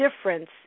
difference